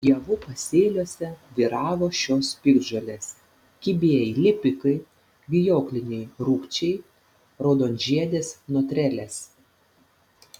javų pasėliuose vyravo šios piktžolės kibieji lipikai vijokliniai rūgčiai raudonžiedės notrelės